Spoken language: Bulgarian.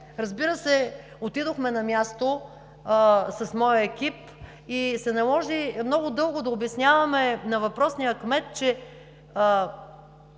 Разбира се, отидохме на място с моя екип и се наложи много дълго да обясняваме на въпросния кмет, че